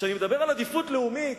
כשאני מדבר על עדיפות לאומית,